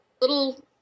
little